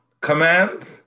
command